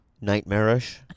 nightmarish